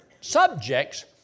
subjects